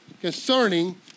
concerning